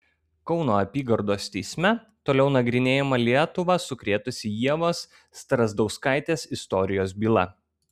kauno apygardos teisme toliau nagrinėjama lietuvą sukrėtusį ievos strazdauskaitės istorijos byla